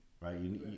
right